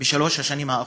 בשלוש השנים האחרונות,